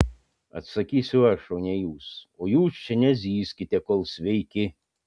atsakysiu aš o ne jūs o jūs čia nezyzkite kol sveiki